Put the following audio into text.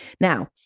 Now